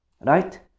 Right